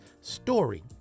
story